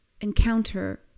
encounter